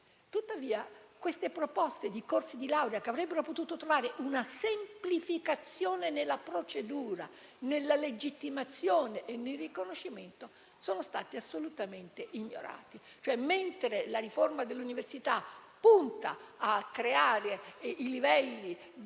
Tuttavia, le proposte di questi corsi di laurea, che avrebbero potuto trovare una semplificazione nella procedura, nella legittimazione e nel riconoscimento, sono state assolutamente ignorate. Mentre la riforma dell'università punta a creare livelli che